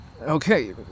Okay